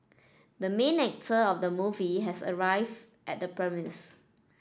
the main actor of the movie has arrive at the